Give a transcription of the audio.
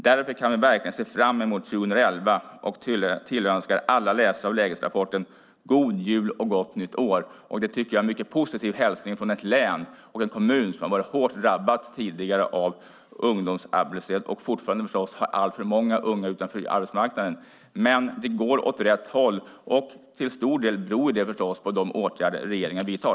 Därför kan vi verkligen se fram emot 2011. Jag tillönskar alla läsare av lägesrapporten god jul och gott nytt år. Det tycker jag är en mycket positiv hälsning från ett län och en kommun som har varit hårt drabbad av ungdomsarbetslöshet tidigare och fortfarande förstås har alltför många unga utanför arbetsmarknaden. Men det går åt rätt håll, och till stor del beror det förstås på de åtgärder som regeringen vidtar.